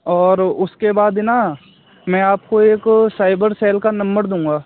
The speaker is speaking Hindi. और उसके बाद ना में आपको एक साइबर सेल का नंबर दूँगा